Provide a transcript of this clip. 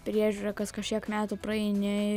priežiūrą kas kažkiek metų praeini